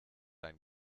ein